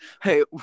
hey